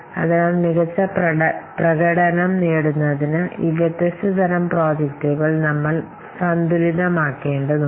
അതിനാൽ മികച്ച പ്രകടനം നേടുന്നതിന് ഈ വ്യത്യസ്ത തരം പ്രോജക്ടുകൾ നമ്മൾ സന്തുലിതമാക്കേണ്ടതുണ്ട്